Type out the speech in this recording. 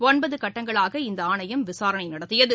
ஒன்பது கட்டங்களான இந்த ஆணையம் விசாரணை நடத்தியது